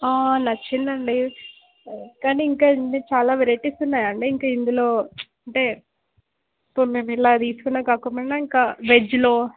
నచ్చిందండి కానీ ఇంకా ఇందు చాలా వెరైటీస్ ఉన్నాయండి ఇంకా ఇందులో అంటే ఇప్పుడు మేము ఇలా తీసుకున్నవి కాకుండా ఇంకా వెజ్లో